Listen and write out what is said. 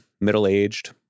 middle-aged